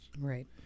Right